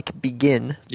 begin